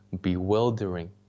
bewildering